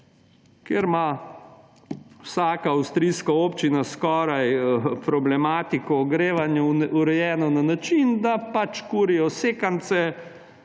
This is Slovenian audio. kjer ima vsaka avstrijska občina skoraj problematiko ogrevanja urejeno na način, da pač kurijo sekance